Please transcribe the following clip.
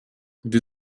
gdy